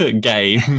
game